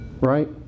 right